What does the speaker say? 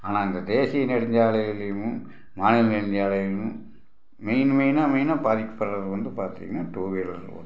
ஆனால் அந்த தேசிய நெடுஞ்சாலையிலையும் மாநில நெடுஞ்சாலையிலையும் மெயின் மெயினாக மெயினாக பாதிக்கப்படுறது வந்து பார்த்தீங்கன்னா டூ வீலர் ஓட்டிகிட்டு போகிறவங்க தான்